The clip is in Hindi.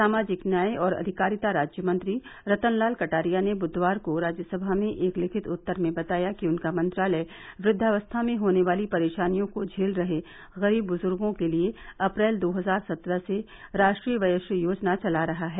सामाजिक न्याय और अधिकारिता राज्य मंत्री रतन लाल कटारिया ने बुधवार को राज्यसभा में एक लिखित उत्तर में बताया कि उनका मंत्रालय वृद्वावस्था में होने वाली परेशानियों को झेल रहे गरीब बुर्जुगों के लिए अप्रैल दो हजार सत्रह से राष्ट्रीय वयोश्री योजना चला रहा है